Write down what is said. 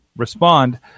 respond